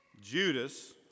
Judas